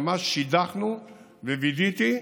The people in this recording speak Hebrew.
ממש שידכנו ווידאתי,